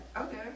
Okay